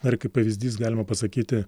na ir kaip pavyzdys galima pasakyti